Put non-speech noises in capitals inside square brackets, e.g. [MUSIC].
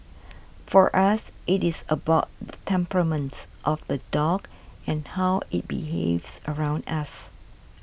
for us it is about [NOISE] temperaments of the dog and how it behaves around us